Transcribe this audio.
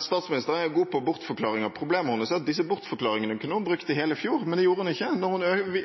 Statsministeren er god på bortforklaringer. Problemet hennes er at disse bortforklaringene kunne hun brukt i hele fjor, men det gjorde hun ikke da hun